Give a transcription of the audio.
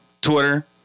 Twitter